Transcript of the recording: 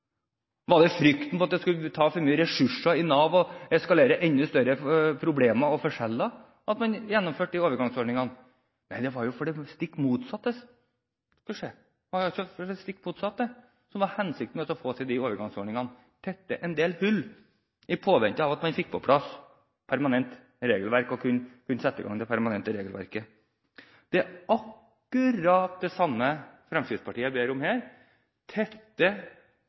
Var det frykten for at det skulle ta for mye ressurser i Nav og eskalere enda større problemer og forskjeller som gjorde at man gjennomførte disse overgangsordningene? Nei, det var jo det stikk motsatte som var hensikten med å få til de overgangsordningene: tette en del hull i påvente av at man fikk på plass permanent regelverk og kunne sette det i verk. Det er akkurat det samme Fremskrittspartiet ber om her: tette